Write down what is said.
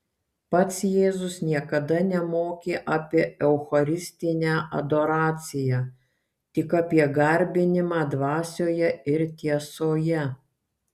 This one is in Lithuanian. pats jėzus niekada nemokė apie eucharistinę adoraciją tik apie garbinimą dvasioje ir tiesoje